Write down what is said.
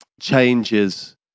changes